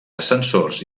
ascensors